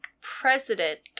president